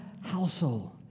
household